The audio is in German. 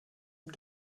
ihm